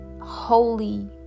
holy